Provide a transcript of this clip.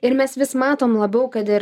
ir mes vis matom labiau kad ir